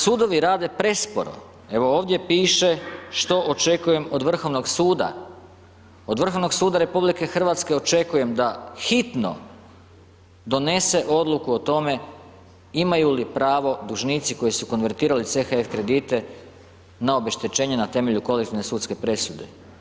Sudovi rade presporo, evo ovdje piše što očekujem od Vrhovnog suda, od Vrhovnog suda RH očekujem da hitno donese odluku o tome imaju li pravo dužnici koji su konvertirali CHF kredite na obeštećenje na temelju kolektivne sudske presude.